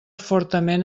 fortament